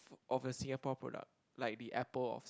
of a Singapore product like the apple of